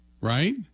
right